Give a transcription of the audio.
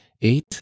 EIGHT